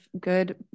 good